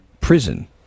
prison